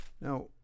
Now